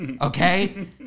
okay